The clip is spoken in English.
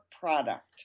product